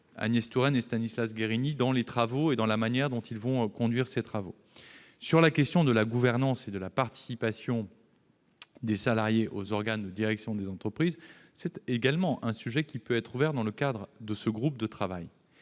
Agnès Touraine lorsqu'ils détermineront la manière dont ils vont conduire ces travaux. La question de la gouvernance et de la participation des salariés aux organes de direction des entreprises est un sujet qui peut être ouvert dans le cadre de ce groupe de travail.